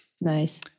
Nice